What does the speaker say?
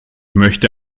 möchte